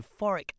euphoric